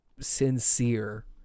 sincere